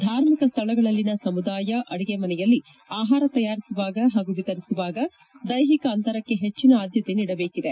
ಧಾರ್ಮಿಕ ಸ್ಥಳಗಳಲ್ಲಿನ ಸಮುದಾಯ ಅಡಿಗೆ ಮನೆಯಲ್ಲಿ ಆಹಾರ ತಯಾರಿಸುವಾಗ ಹಾಗೂ ವಿತರಿಸುವಾಗ ದ್ಯೆಹಿಕ ಅಂತರಕ್ಕೆ ಹೆಚ್ಚನ ಆದ್ದತೆ ನೀಡಬೇಕಿದೆ